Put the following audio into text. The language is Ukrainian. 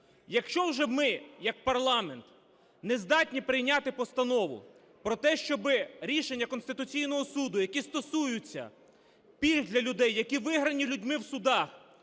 Якщо вже ми як парламент не здатні прийняти постанову про те, щоби рішення Конституційного Суду, які стосуються пільг для людей, які виграні людьми в судах,